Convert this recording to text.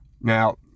now